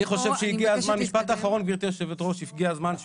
אני חושב שהגיע הזמן,